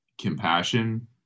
compassion